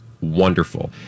wonderful